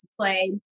play